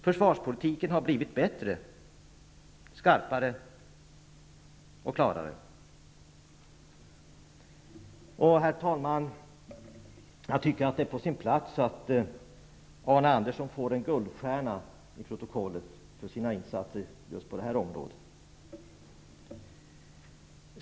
Försvarspolitiken har blivit bättre, skarpare och klarare. Herr talman! Det är på sin plats att Arne Andersson får en guldstjärna i protokollet för sina insatser på just det här området.